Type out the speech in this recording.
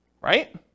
Right